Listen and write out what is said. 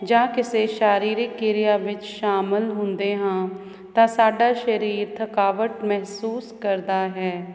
ਜਾਂ ਕਿਸੇ ਸ਼ਾਇਰੀ ਕਿਰਿਆ ਵਿੱਚ ਸ਼ਾਮਿਲ ਹੁੰਦੇ ਹਾਂ ਤਾਂ ਸਾਡਾ ਸਰੀਰ ਥਕਾਵਟ ਮਹਿਸੂਸ ਕਰਦਾ ਹੈ ਬਹੁਤ